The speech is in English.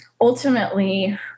ultimately